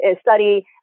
study